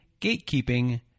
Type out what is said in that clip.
gatekeeping